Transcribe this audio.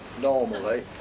normally